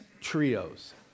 trios